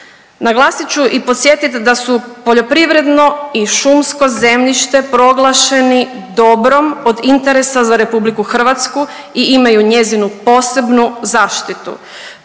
Naglasit ću i podsjetit da su poljoprivredno i šumsko zemljište proglašeni dobrom od interesa za RH i imaju njezinu posebnu zaštitu.